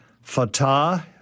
Fatah